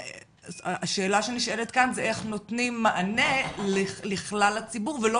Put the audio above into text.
השאלה שנשאלת כאן היא איך נותנים מענה לכלל הציבור ולא